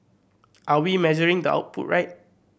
are we measuring the output right